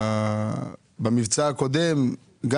במבצע הקודם גם,